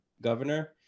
governor